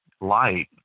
light